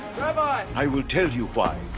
rabbi! i will tell you why.